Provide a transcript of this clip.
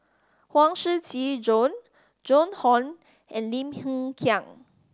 Huang Shiqi Joan Joan Hon and Lim Hng Kiang